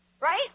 Right